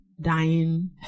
dying